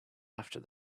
after